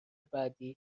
بعدی